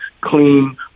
clean